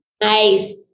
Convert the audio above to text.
Nice